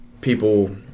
People